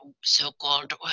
so-called